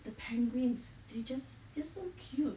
the penguins they just just so cute